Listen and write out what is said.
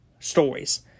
Stories